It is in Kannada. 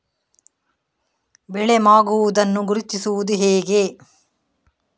ಬೆಳೆ ಮಾಗುವುದನ್ನು ಗುರುತಿಸುವುದು ಹೇಗೆ?